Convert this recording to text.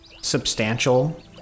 substantial